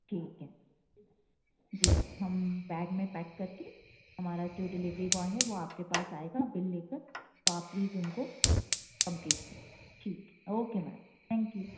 ठीक है जी हम बैग में पैक करके हमारा जो डिलीवरी बॉय है वह आपके पास आएगा बिल लेकर तो आप प्लीज़ उनको कम्पलीट करिए ठीक है ओके मैम थैंक यू